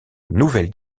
nouvelle